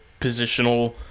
positional